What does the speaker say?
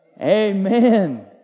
Amen